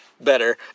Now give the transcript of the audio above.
Better